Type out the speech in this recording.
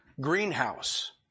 greenhouse